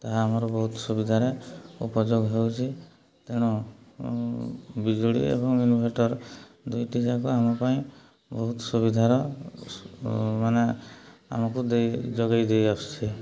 ତାହା ଆମର ବହୁତ ସୁବିଧାରେ ଉପଯୋଗ ହେଉଛି ତେଣୁ ବିଜୁଳି ଏବଂ ଇନ୍ଭେଟର୍ ଦୁଇଟି ଯାକ ଆମ ପାଇଁ ବହୁତ ସୁବିଧା ମାନେ ଆମକୁ ଦେଇ ଯୋଗେଇ ଦେଇ ଆସୁଛି